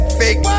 fake